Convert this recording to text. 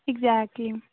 exactly